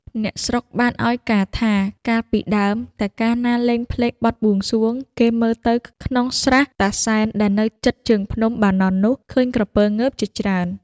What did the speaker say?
អ្នកស្រុកបានឱ្យការណ៍ថា កាលពីដើម តែកាលណាលេងភ្លេងបទបួងសួង គេមើលទៅក្នុងស្រះ តាសែន ដែលនៅជិតជើងភ្នំ បាណន់ នោះ ឃើញក្រពើងើបជាច្រើន ។